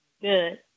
Good